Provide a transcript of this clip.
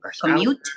Commute